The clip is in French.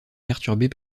perturbée